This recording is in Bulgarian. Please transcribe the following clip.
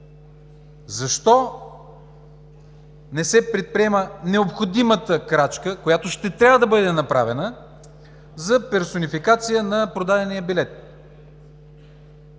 защо не се предприема необходимата крачка, която ще трябва да бъде направена, за персонификация на продадения билет?